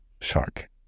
Shark